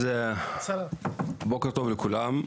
בוקר טוב לכולם.